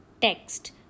text